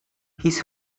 his